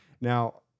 Now